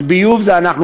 ביוב זה אנחנו,